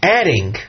adding